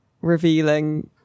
revealing